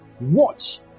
watch